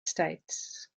states